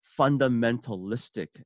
fundamentalistic